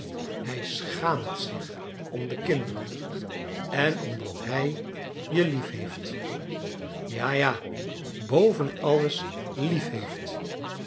hij schaamt zich om de kinderen en omdat hij je lief heeft ja ja boven alles lief heeft